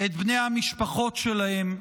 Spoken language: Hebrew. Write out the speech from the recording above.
את בני המשפחות שלהם,